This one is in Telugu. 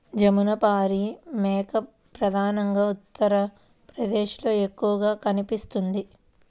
జమునపారి మేక ప్రధానంగా ఉత్తరప్రదేశ్లో ఎక్కువగా కనిపిస్తుంది